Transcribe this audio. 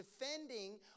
defending